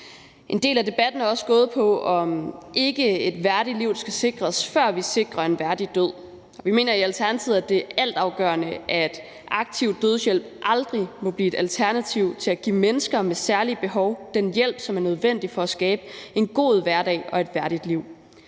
En del af debatten er også gået på, om ikke et værdigt liv skal sikres, før vi sikrer en værdig død. Vi mener i Alternativet, at det er altafgørende, at aktiv dødshjælp aldrig må blive et alternativ til at give mennesker med særlige behov den hjælp, som er nødvendig for at skabe en god hverdag og et værdigt liv.